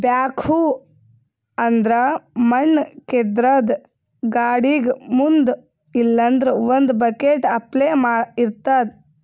backhoe ಅಂದ್ರ ಮಣ್ಣ್ ಕೇದ್ರದ್ದ್ ಗಾಡಿಗ್ ಮುಂದ್ ಇಲ್ಲಂದ್ರ ಒಂದ್ ಬಕೆಟ್ ಅಪ್ಲೆ ಇರ್ತದ್